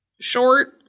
short